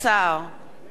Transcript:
נגד